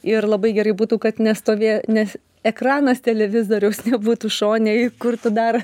ir labai gerai būtų kad nestovė nes ekranas televizoriaus nebūtų šone į kur tu dar